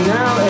now